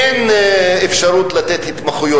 שאין אפשרות לתת יותר התמחויות.